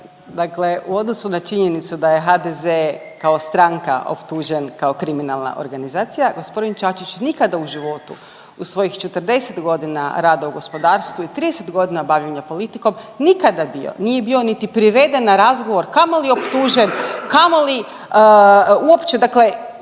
Dakle, u odnosu na činjenicu da je HDZ kao stranka optužen kao kriminalna organizacija gospodin Čačić nikada u životu u svojih 40 godina rada u gospodarstvu i 30 godina bavljenja politikom nikada bio, nije bio niti priveden na razgovor, kamoli optužen, kamoli uopće, dakle